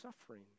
suffering